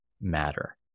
matter